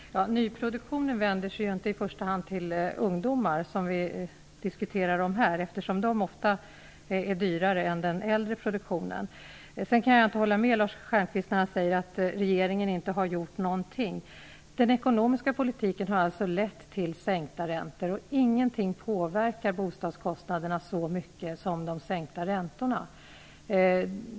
Herr talman! Nyproduktionen vänder sig inte i första hand till ungdomar, vilka vi här diskuterar. Den är ofta dyrare än den äldre produktionen. Sedan kan jag inte hålla med Lars Stjernkvist när han säger att regeringen inte har gjort någonting. Den ekonomiska politiken har lett till sänkta räntor. Ingenting påverkar bostadskostnaderna så mycket som de sänkta räntorna.